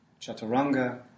chaturanga